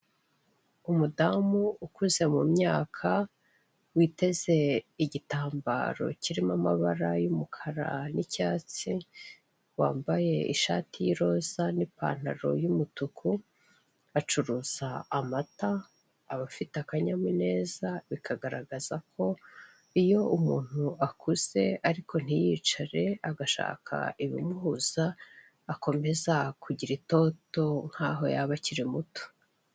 Umudamu ukuze mu myaka, witeze igitambaro kirimo amabara y'umukara n'icyatsi, wambaye ishati y'iroza n'ipantaro y'umutuku, acuruza amata, aba afite akanyamuneza, bikagaragaza ko iyo umuntu akuze ariko ntiyicare agashaka ibimuhuza, akomeza kugira itoto nk'aho yaba akiri muto.